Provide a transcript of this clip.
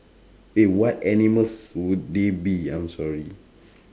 eh what animals would they be I'm sorry